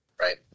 Right